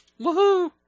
Woohoo